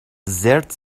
زرت